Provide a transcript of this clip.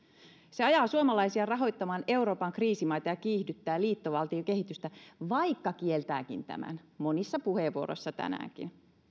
se ajaa suomalaisia rahoittamaan euroopan kriisimaita ja kiihdyttää liittovaltiokehitystä vaikka kieltääkin tämän monissa puheenvuoroissa tänäänkin